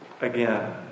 Again